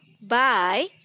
Bye